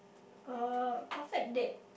ah perfect date